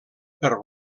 per